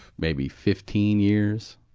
maybe fifteen years,